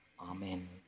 Amen